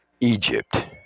Egypt